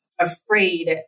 afraid